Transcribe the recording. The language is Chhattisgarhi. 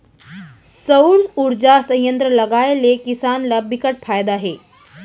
सउर उरजा संयत्र लगाए ले किसान ल बिकट फायदा हे